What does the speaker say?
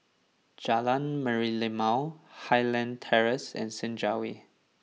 Jalan Merlimau Highland Terrace and Senja Way